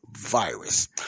virus